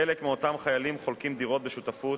חלק מאותם חיילים חולקים דירות בשותפות,